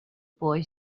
boy